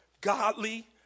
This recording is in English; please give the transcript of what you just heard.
godly